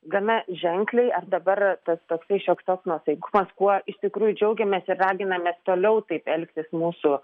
gana ženkliai ar dabar tas toksai šioks toks nuosaikumas kuo iš tikrųjų džiaugiamės ir raginame toliau taip elgtis mūsų